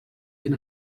ben